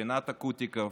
רינת אקוטיקוב,